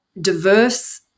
diverse